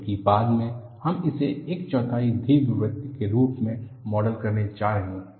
क्योंकि बाद में हम इसे एक चौथाई दीर्घवृत्त के रूप में मॉडल करने जा रहे हैं